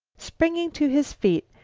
springing to his feet,